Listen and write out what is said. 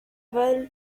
volga